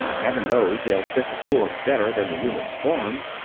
heaven knows they'll fit the floor better than the human form!